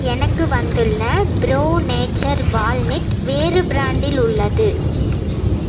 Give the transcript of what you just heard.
எனக்கு வந்துள்ள pro nature walnut வேறு பிராண்டில் உள்ளது